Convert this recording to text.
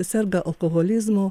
serga alkoholizmu